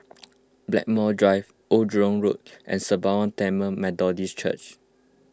Blackmore Drive Old Jurong Road and Sembawang Tamil Methodist Church